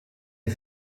des